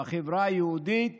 בחברה היהודית